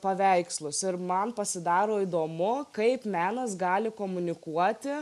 paveikslus ir man pasidaro įdomu kaip menas gali komunikuoti